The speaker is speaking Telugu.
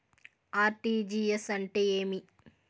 ఆర్.టి.జి.ఎస్ అంటే ఏమి?